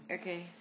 Okay